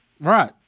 Right